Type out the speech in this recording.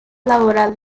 laboral